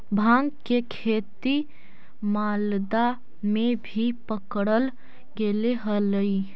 भाँग के खेती मालदा में भी पकडल गेले हलई